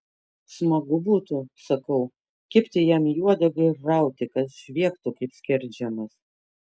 smagu būtų sakau kibti jam į uodegą ir rauti kad žviegtų kaip skerdžiamas